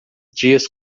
dias